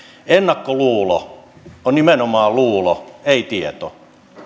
ennakkoluulo on nimenomaan luulo ei tieto